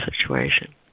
situation